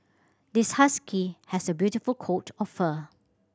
this husky has a beautiful coat of fur